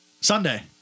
Sunday